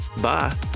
bye